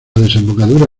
desembocadura